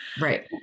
right